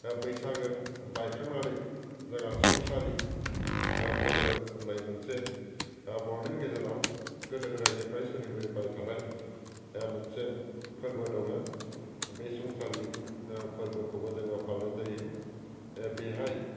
बैसागो बायखांनानै जागा संसारि फोरबो होननाय मोनसे बर'नि गेजेराव गोदो गोदायनिफ्राय सोलिबोबाय थानाय मोनसे फोरबो दङ बे संसारि फोरबोखौबो जोङो फालिनाय जायो बेहाय